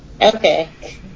okay